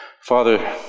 Father